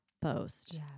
post